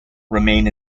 remain